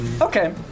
Okay